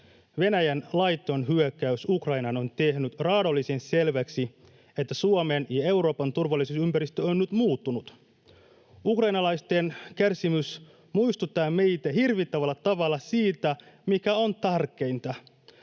Venäjän laiton hyökkäys Ukrainaan on tehnyt raadollisen selväksi, että Suomen ja Euroopan turvallisuusympäristö on nyt muuttunut. Ukrainalaisten kärsimys muistuttaa meitä hirvittävällä tavalla siitä, mikä on tärkeintä.